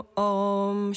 om